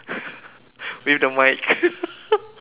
with the mic